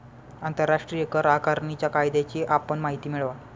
आंतरराष्ट्रीय कर आकारणीच्या कायद्याची आपण माहिती मिळवा